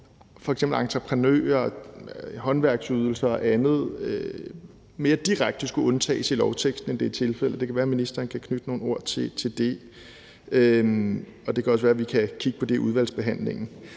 om entreprenører, håndværksydelser og andet mere direkte skulle undtages i lovteksten, end det er tilfældet. Det kan være, ministeren kan knytte nogle ord til det, og det kan også være, at vi kan kigge på det i udvalgsbehandlingen.